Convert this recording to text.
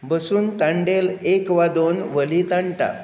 बसून तांडेल एक वा दोन व्हलीं ताणटा